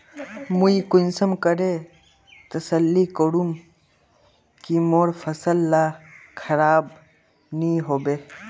मुई कुंसम करे तसल्ली करूम की मोर फसल ला खराब नी होबे?